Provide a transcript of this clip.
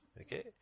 Okay